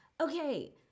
Okay